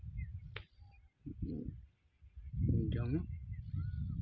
ᱡᱚᱢ